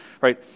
Right